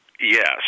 Yes